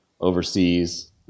overseas